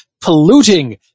polluting